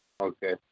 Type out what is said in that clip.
Okay